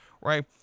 right